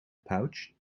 pouch